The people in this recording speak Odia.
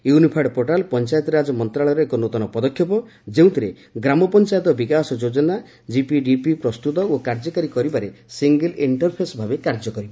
ୟୁନିଫାଏଡ ପୋର୍ଟାଲ ପଞ୍ଚାୟତିରାଜ ମନ୍ତ୍ରଣାଳୟର ଏକ ନୃତନ ପଦକ୍ଷେପ ଯେଉଁଥିରେ ଗ୍ରାମପଞ୍ଚାୟତ ବିକାଶ ଯୋଜନା ଜିପିଡିପି ପ୍ରସ୍ତୁତ ଓ କାର୍ଯ୍ୟକାରୀ କରିବାରେ ସିଙ୍ଗିଲ ଇଷ୍ଟରଫେସ୍ ଭାବେ କାର୍ଯ୍ୟ କରିବ